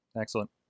Excellent